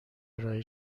ارائه